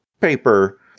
paper